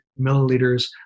milliliters